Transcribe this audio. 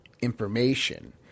information